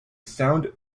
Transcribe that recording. sound